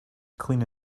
clean